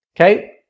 okay